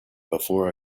before